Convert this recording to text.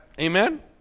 Amen